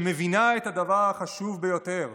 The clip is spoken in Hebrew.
שמבינה את הדבר החשוב ביותר,